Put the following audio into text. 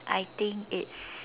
I think it's